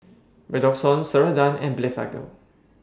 Redoxon Ceradan and Blephagel